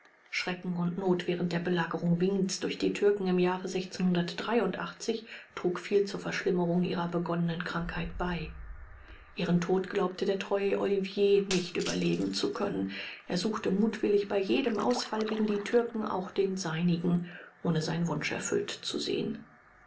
schrecken und not während der belagerung wiens durch die türken im jahre trug viel zur verschlimmerung ihrer begonnenen krankheit bei ihren tod glaubte der treue oliver nicht überleben zu können er suchte mutwillig bei jedem ausfall gegen die türken auch den seinigen ohne seinen wunsch erfüllt zu sehen